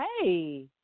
hey